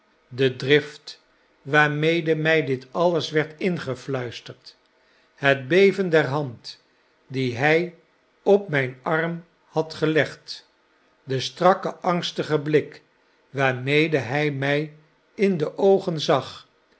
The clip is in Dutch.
de drift waarmede mij dit alles werd ingelluisterd het beven der hand die hij op mijn arm had gelegd de strakke angstige blik waarmede hij mij in de oogen zag